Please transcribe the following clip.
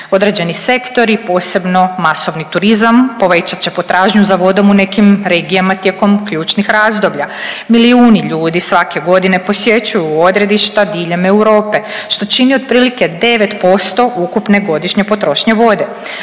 Određeni sektori posebno masovni turizam povećat će potražnju za vodom u nekim regijama tijekom ključnih razdoblja. Milijuni ljudi svake godine posjećuju odredišta diljem Europe što čini otprilike 9% ukupne godišnje potrošnje vode.